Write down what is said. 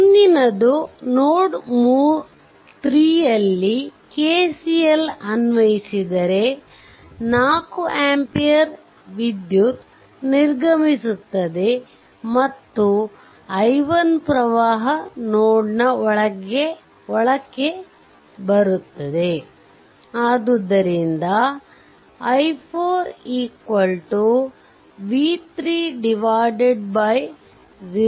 ಮುಂದಿನದು ನೋಡ್ 3 ನಲ್ಲಿ KCL ಅನ್ವಯಿಸಿದರೆ 4 ಆಂಪಿಯರ್ ವಿದ್ಯುತ್ ನಿರ್ಗಮಿಸುತ್ತದೆ ಮತ್ತು i1 ಪ್ರವಾಹವು ನೋಡ್ ಗೆ ಒಳಬರುತ್ತದೆ ತ್ತದೆ ಆದ್ದರಿಂದ i4 v3 0